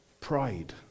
pride